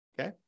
Okay